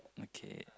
okay